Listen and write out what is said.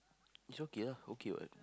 it's okay ah okay what